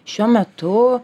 šiuo metu